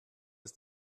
ist